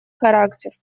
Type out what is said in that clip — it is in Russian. характер